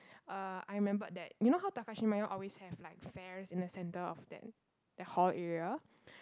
uh I remembered that you know how Takashimaya always have like fairs in the center of that the hall area